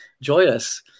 joyous